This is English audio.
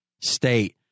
State